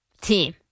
team